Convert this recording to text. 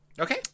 Okay